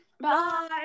Bye